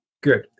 good